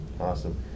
Awesome